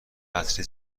عطر